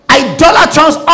idolatrous